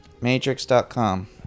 matrix.com